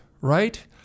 right